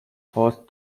host